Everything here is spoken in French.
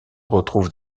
retrouve